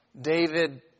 David